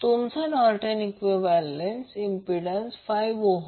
तुमचा Norton equivalent impedance 5 ohm